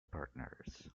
partners